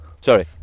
sorry